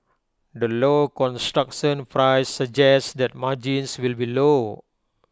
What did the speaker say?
the low construction flies suggests that margins will be low